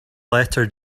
letter